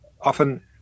often